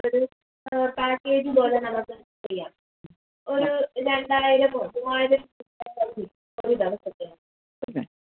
അ അതെ